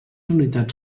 unitats